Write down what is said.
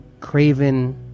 craven